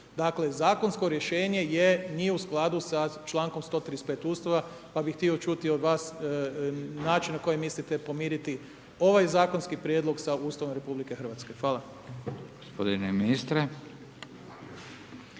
Dakle, zakonsko rješenje nije u skladu sa člankom 135. Ustava, pa bih htio čuti od vas način na koji mislite pomiriti ovaj zakonski prijedlog sa Ustavom Republike Hrvatske. Hvala.